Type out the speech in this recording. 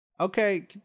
okay